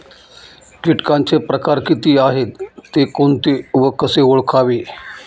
किटकांचे प्रकार किती आहेत, ते कोणते व कसे ओळखावे?